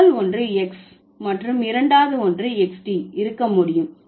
முதல் ஒன்று x மற்றும் இரண்டாவது ஒன்று xd இருக்க முடியும்